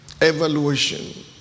evaluation